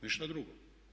Ništa drugo.